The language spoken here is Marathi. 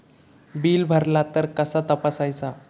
बिल भरला तर कसा तपसायचा?